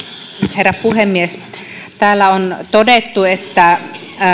herra puhemies täällä on todettu että